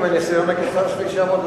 עם הניסיון הקצר שלי שם,